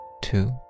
two